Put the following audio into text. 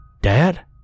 Dad